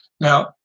Now